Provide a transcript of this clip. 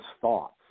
thoughts